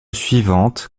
suivante